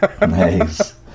nice